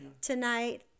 Tonight